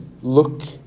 Look